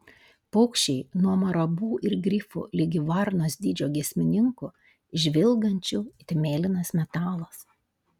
paukščiai nuo marabu ir grifų ligi varnos dydžio giesmininkų žvilgančių it mėlynas metalas